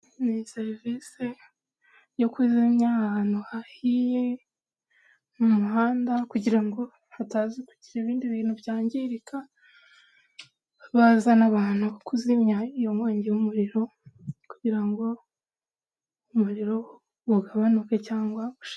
Iyi ni serivisi yo kuzimya ahantu hahiye mu muhanda, kugira ngo hatazagira ibindi bintu byangirika. Bazana abantu bo kuzimya iyo nkongi y'umuriro, kugira ngo umuriro ugabanuke cyangwa ushire.